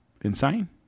Insane